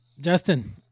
Justin